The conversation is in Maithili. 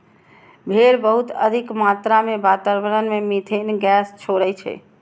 भेड़ बहुत अधिक मात्रा मे वातावरण मे मिथेन गैस छोड़ै छै